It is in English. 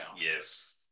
Yes